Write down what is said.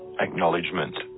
Acknowledgement